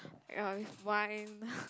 ya wine